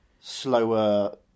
slower